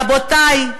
רבותי,